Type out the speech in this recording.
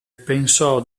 pensò